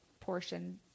portion